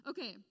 Okay